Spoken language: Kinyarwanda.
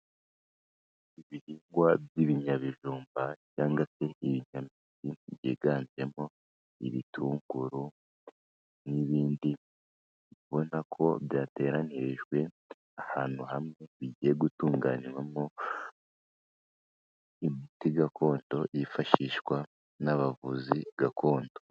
Ibihingwa by'ibinyabijumba cyangwa se ibinyamizi, byiganjemo ibitunguru n'ibindi, ubona ko byateranyirijwe ahantu hamwe, bigiye gutunganywamo imiti gakondo yifashishwa n'abavuzi gakondo.